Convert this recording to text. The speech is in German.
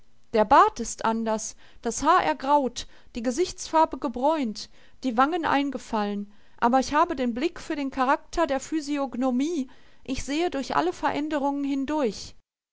der bart ist anders das haar ergraut die gesichtsfarbe gebräunt die wangen eingefallen aber ich habe den blick für den charakter der physiognomie ich sehe durch alle veränderungen hindurch